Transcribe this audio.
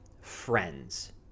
friends